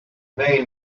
main